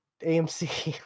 AMC